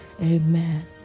Amen